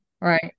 Right